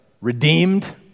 redeemed